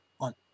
on